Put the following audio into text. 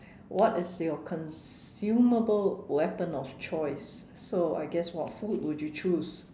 what is your consumable weapon of choice so I guess what food would you choose